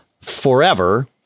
forever